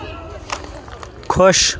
خۄش